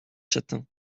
châtain